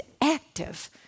active